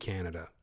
Canada